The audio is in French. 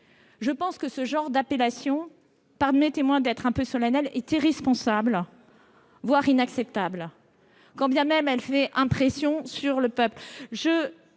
connivence ». Ce genre d'expression, permettez-moi d'être un peu solennelle, est irresponsable, voire inacceptable, quand bien même elle est censée faire impression sur le peuple.